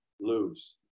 lose